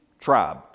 tribe